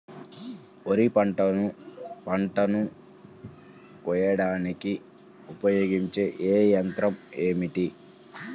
వరిపంటను పంటను కోయడానికి ఉపయోగించే ఏ యంత్రం ఏమిటి?